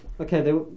okay